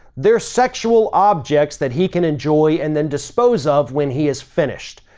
they're sexual objects that he can enjoy and then dispose of when he is finished.